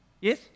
Yes